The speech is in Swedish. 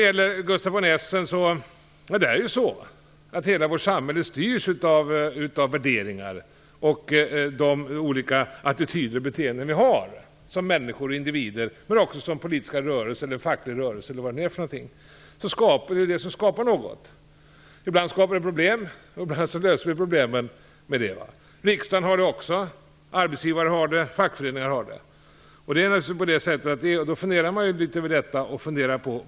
Till Gustaf von Essen vill jag säga att det ju är så att hela vårt samhälle styrs av de värderingar, attityder och beteenden vi har, som individer men också som verksamma i politiska rörelser, fackliga rörelser, osv. Ibland skapar det problem, ibland löser det problem. Riksdagen har också värderingar, attityder och beteenden, arbetsgivare har det, fackföreningar har det.